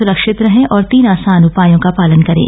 सुरक्षित रहें और ंतीन आसान उपायों का पालन करें